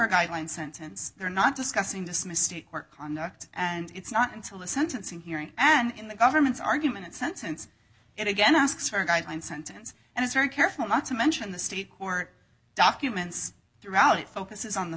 a guideline sentence they're not discussing this mistake or conduct and it's not until the sentencing hearing and in the government's argument sentence it again asks for a guideline sentence and it's very careful not to mention the state court documents throughout it focuses on the